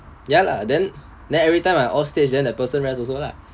ya lah then then every time my all stage then the person rest also lah